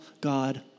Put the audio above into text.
God